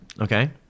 Okay